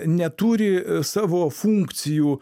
neturi savo funkcijų